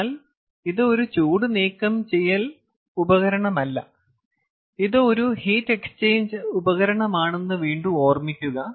എന്നാൽ ഇത് ഒരു ചൂട് നീക്കംചെയ്യൽ ഉപകരണമല്ല ഇത് ഒരു ഹീറ്റ് എക്സ്ചേഞ്ച് ഉപകരണമാണെന്ന് വീണ്ടും ഓർമ്മിക്കുക